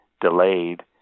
delayed